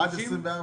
עד 24 שעות?